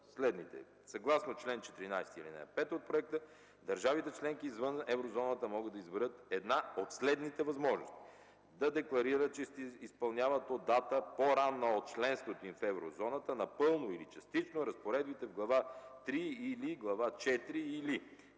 следните. Съгласно чл. 14, ал. 5 от проекта държавите членки извън Еврозоната могат да изберат една от следните възможности: - да декларират, че ще изпълняват от дата, по-ранна от членството им в Еврозоната, напълно или частично разпоредбите в Глава трета или